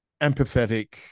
empathetic